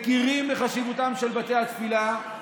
מכירים בחשיבותם של בתי התפילה.